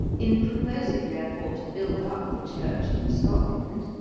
in proposing, therefore, to build up the church in scotland,